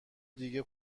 دیگه